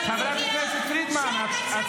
לפני חמש שעות הצבעת נגד מילואימניקיות.